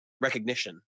recognition